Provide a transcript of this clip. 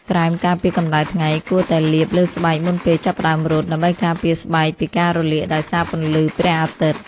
ក្រែមការពារកម្ដៅថ្ងៃ គួរតែលាបលើស្បែកមុនពេលចាប់ផ្ដើមរត់ ដើម្បីការពារស្បែកពីការរលាកដោយសារពន្លឺព្រះអាទិត្យ។